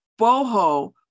Boho